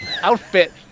outfit